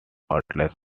outlets